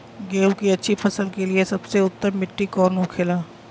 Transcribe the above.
गेहूँ की अच्छी फसल के लिए सबसे उत्तम मिट्टी कौन होखे ला?